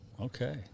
Okay